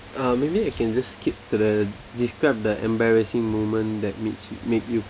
uh maybe I can just skip to the describe the embarrassing moment that make you made you